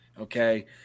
Okay